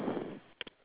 there's two towel on